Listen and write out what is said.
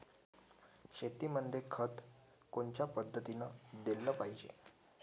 शेतीमंदी खत कोनच्या पद्धतीने देलं पाहिजे?